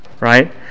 right